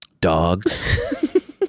Dogs